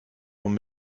und